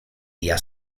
día